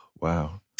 Wow